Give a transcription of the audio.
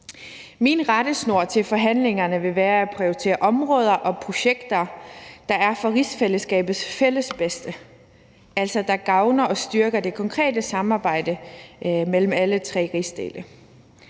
Min rettesnor i forhandlingerne vil være at prioritere områder og projekter, der er til rigsfællesskabets fælles bedste, og som altså gavner og styrker det konkrete samarbejde mellem alle tre rigsdele.